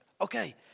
okay